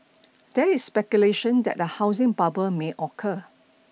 there is speculation that a housing bubble may occur